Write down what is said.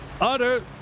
utter